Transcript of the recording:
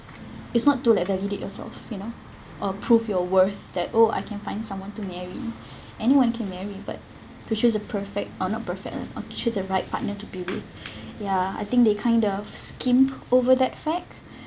it's not to like validate yourself you know or prove your worth that oh I can find someone to marry anyone can marry but to choose a perfect or not perfect lah or choose a right partner to be with ya I think they kind of skimp over that fact